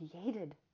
created